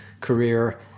career